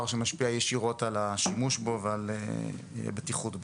שמשפיע ישירות על השימוש בכביש ועל הבטיחות בו.